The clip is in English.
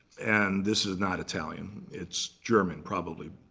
and this is not italian. it's german, probably.